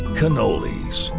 cannolis